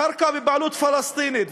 אה, קרקע בבעלות פלסטינית.